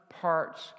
parts